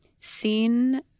seen